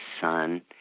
son